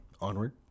Onward